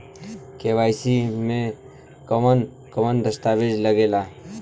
KYC में कवन कवन दस्तावेज लागे ला?